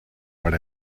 what